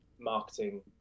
marketing